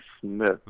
Smith